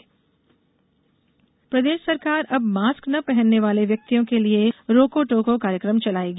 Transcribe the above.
रोको टोको कार्यक्रम प्रदेश सरकार अब मास्क न पहनने वाले व्यक्तियों के लिए रोको टोको कार्यक्रम चलाएगी